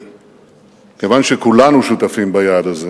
שכיוון שכולנו שותפים ביעד הזה,